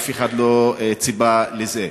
אף אחד לא ציפה לזה.